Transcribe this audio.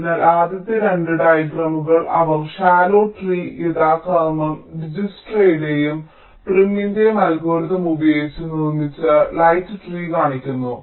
അതിനാൽ ആദ്യത്തെ 2 ഡയഗ്രമുകൾ അവർ ശാലോ ട്രീ യഥാക്രമം ദിജ്ക്സ്ട്രയുടെയും പ്രീമിന്റെയും അൽഗോരിതം ഉപയോഗിച്ച് നിർമ്മിച്ച ലൈറ്റ് ട്രീ കാണിക്കുന്നു